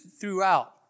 throughout